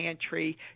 Pantry